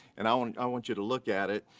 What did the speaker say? and i want i want you to look at it.